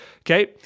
okay